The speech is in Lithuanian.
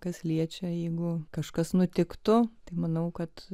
kas liečia jeigu kažkas nutiktų tai manau kad